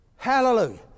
Hallelujah